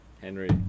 Henry